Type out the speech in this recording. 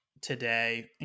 today